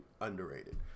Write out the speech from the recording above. underrated